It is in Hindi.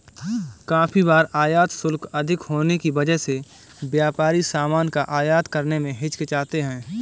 काफी बार आयात शुल्क अधिक होने की वजह से व्यापारी सामान का आयात करने में हिचकिचाते हैं